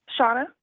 Shauna